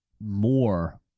more